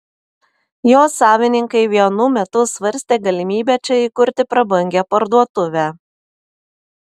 jo savininkai vienu metu svarstė galimybę čia įkurti prabangią parduotuvę